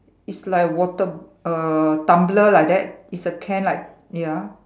is like water err tumbler like that it's a can like ya